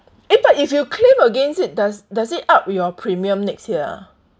eh but if you claim against it does does it up your premium next year ah